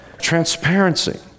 transparency